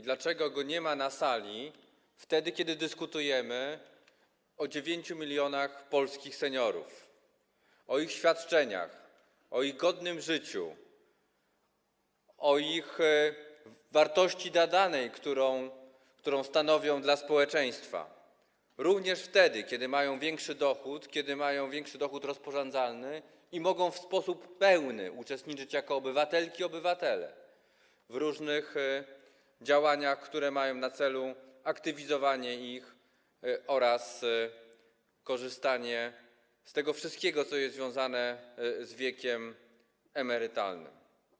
Dlaczego nie ma go na sali, wtedy kiedy dyskutujemy o 9 mln polskich seniorów, o ich świadczeniach, o ich godnym życiu, o ich wartości nadanej, którą stanowią dla społeczeństwa, również wtedy, kiedy mają większy dochód, kiedy mają większy dochód rozporządzalny i mogą w sposób pełny uczestniczyć jako obywatelki i obywatele w różnych działaniach, które mają na celu aktywizowanie ich oraz korzystanie z tego wszystkiego, co jest związane z wiekiem emerytalnym?